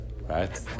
right